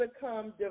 become